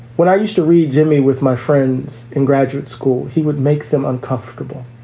when i used to read jimmy with my friends in graduate school, he would make them uncomfortable.